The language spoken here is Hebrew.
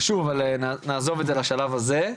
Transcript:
נעזוב את זה לשלב הזה.